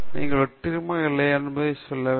நீங்கள் வெற்றிகரமாக இல்லையா என்பதை முடிவு செய்யும்